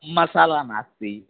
मसाला नास्ति